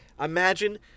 imagine